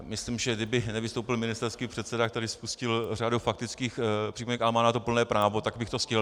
Myslím, že kdyby nevystoupil ministerský předseda, který spustil řadu faktických připomínek, a má na to plné právo, tak bych to stihl.